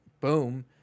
boom